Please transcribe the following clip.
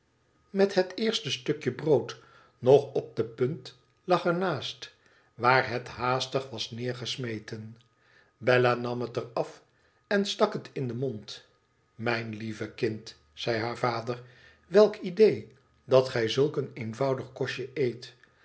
met het eerste stukje brood nog op de punt lag er naast waar het haastig was neergesmeten bella nam het er af en stak het in den mond t mijn lieve kind zei haar vader twelk idéé dat gij zulk een eenvoudig kostje eei